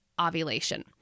ovulation